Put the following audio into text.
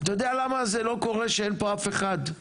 אתה יודע למה זה לא קורה שאין פה אף אחד?